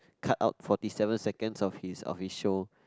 cut out fourty seven seconds of his of his show